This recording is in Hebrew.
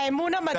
האמון המדהים.